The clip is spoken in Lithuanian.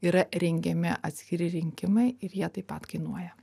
yra rengiami atskiri rinkimai ir jie taip pat kainuoja